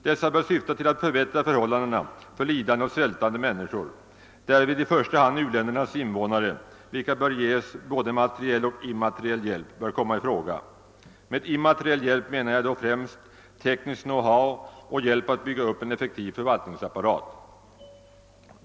Dessa bör syfta till att förbättra förhållandena för lidande och svältande människor, därvid i första hand u-ländernas innevånare, och både materiell och immateriell hjälp bör komma i fråga. Med immateriell hjälp menar jag då främst teknisk »knowhow» och hjälp att bygga upp en effektiv förvaltningsapparat.